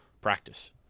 practice